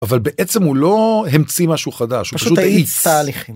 אבל בעצם הוא לא המציא משהו חדש הוא פשוט האיץ תהליכים.